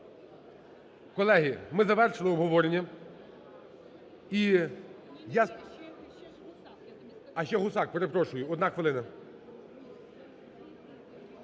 Колеги, ми завершили обговорення.